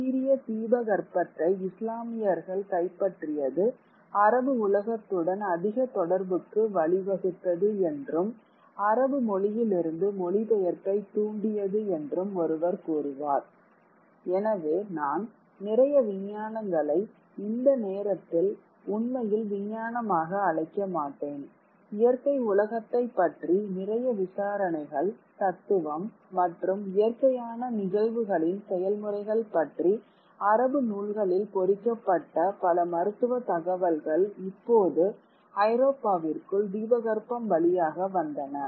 ஐபீரிய தீபகற்பத்தை இஸ்லாமியர்கள் கைப்பற்றியது அரபு உலகத்துடன் அதிக தொடர்புக்கு வழிவகுத்தது என்றும் அரபு மொழியிலிருந்து மொழிபெயர்ப்பைத் தூண்டியது என்றும் ஒருவர் கூறுவார் எனவே நான் நிறைய விஞ்ஞானங்களை இந்த நேரத்தில் உண்மையில் விஞ்ஞானமாக அழைக்க மாட்டேன் இயற்கை உலகத்தைப் பற்றி நிறைய விசாரணைகள் தத்துவம் மற்றும் இயற்கையான நிகழ்வுகளின் செயல்முறைகள் பற்றி அரபு நூல்களில் பொறிக்கப்பட்ட பல மருத்துவ தகவல்கள் இப்போது ஐரோப்பாவிற்குள் தீபகற்பம் வழியாக வந்தன